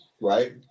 right